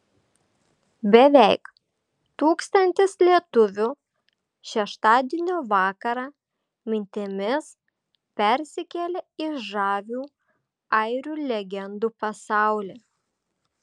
beveik tūkstantis lietuvių šeštadienio vakarą mintimis persikėlė į žavių airių legendų pasaulį